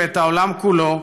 ואת העולם כולו.